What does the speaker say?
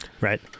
Right